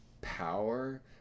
power